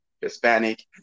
Hispanic